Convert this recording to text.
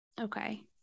Okay